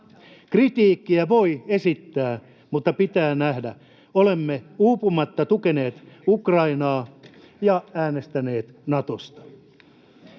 Kritiikkiä voi esittää, mutta pitää nähdä, että olemme uupumatta tukeneet Ukrainaa ja äänestäneet Natosta.